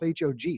HOG